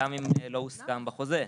גם אם לא הוסכם בחוזה.